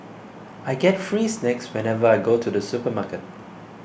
I get free snacks whenever I go to the supermarket